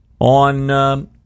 on –